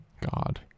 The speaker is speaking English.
God